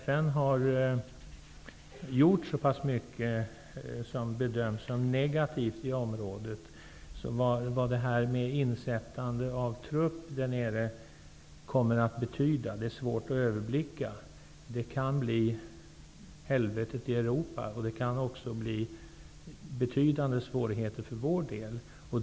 FN har gjort så mycket som bedöms som negativt i området att det är svårt att överblicka vad insättande av trupp där nere kommer att betyda. Det kan bli helvetet i Europa, och det kan också bli betydande svårigheter för vår del.